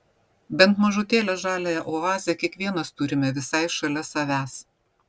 bent mažutėlę žaliąją oazę kiekvienas turime visai šalia savęs